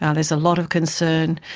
ah is a lot of concern,